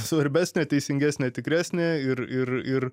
svarbesnė teisingesnė tikresnė ir ir ir